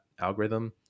algorithm